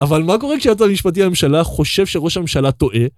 אבל מה קורה כשהיועץ המשפטי לממשלה חושב שראש הממשלה טועה?